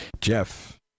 Jeff